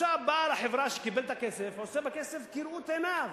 בעל החברה שקיבל את הכסף, עושה בכסף כראות עיניו,